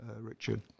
Richard